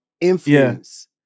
influence